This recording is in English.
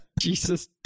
Jesus